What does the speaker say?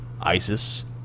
ISIS